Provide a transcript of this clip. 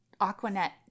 Aquanet